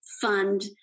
fund